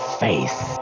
face